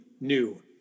new